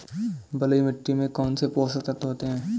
बलुई मिट्टी में कौनसे पोषक तत्व होते हैं?